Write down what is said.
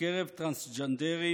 בקרב טרנסג'נדרים,